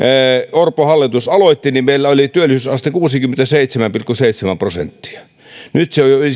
orpon hallitus aloitti niin meillä oli työllisyysaste kuusikymmentäseitsemän pilkku seitsemän prosenttia nyt se on jo yli